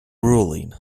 ruling